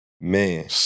Man